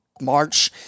March